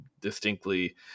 distinctly